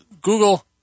Google